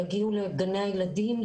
יגיעו לגני הילדים,